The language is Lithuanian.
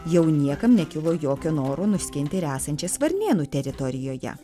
jau niekam nekilo jokio noro nuskinti ir esančias varnėnų teritorijoje